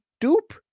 dupe